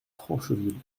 francheville